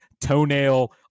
toenail